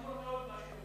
חמור מאוד מה שאתה אומר.